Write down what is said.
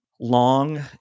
Long